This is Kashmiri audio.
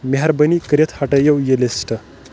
مہربٲنی کٔرِتھ ہٹٲیو یہِ لِسٹ